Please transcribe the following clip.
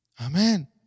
Amen